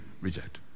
reject